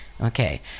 Okay